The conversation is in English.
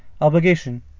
obligation